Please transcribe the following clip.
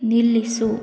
ನಿಲ್ಲಿಸು